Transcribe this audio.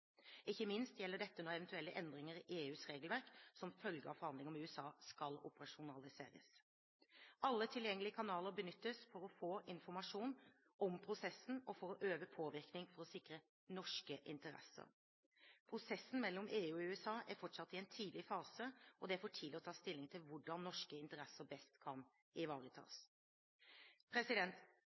Ikke minst gjelder dette når eventuelle endringer i EUs regelverk som følge av forhandlinger med USA skal operasjonaliseres. Alle tilgjengelige kanaler benyttes for å få informasjon om prosessen og for å øve påvirkning for å sikre norske interesser. Prosessen mellom EU og USA er fortsatt i en tidlig fase, og det er for tidlig å ta stilling til hvordan norske interesser best kan